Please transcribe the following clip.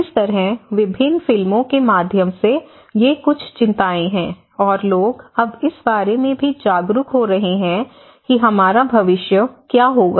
इस तरह विभिन्न फिल्मों के माध्यम से ये कुछ चिंताएं हैं और लोग अब इस बारे में भी जागरूक हो रहे हैं कि हमारा भविष्य क्या होगा